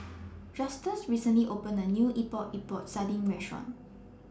Justus recently opened A New Epok Epok Sardin Restaurant